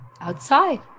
outside